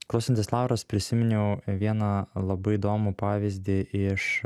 klausantis lauros prisiminiau vieną labai įdomų pavyzdį iš